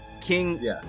King